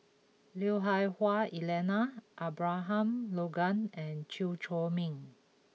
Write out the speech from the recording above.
Lui Hah Wah Elena Abraham Logan and Chew Chor Meng